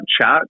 chat